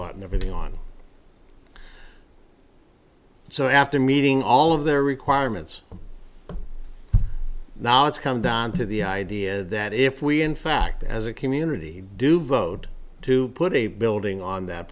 lot and everything on so after meeting all of their requirements now it's come down to the idea that if we in fact as a community do vote to put a building on that